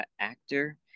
actor